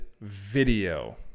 video